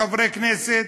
חברי הכנסת,